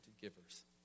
givers